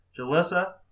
Jalissa